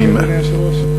אדוני היושב-ראש, סיימתי?